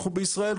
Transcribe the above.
אנחנו בישראל,